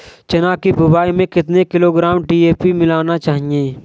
चना की बुवाई में कितनी किलोग्राम डी.ए.पी मिलाना चाहिए?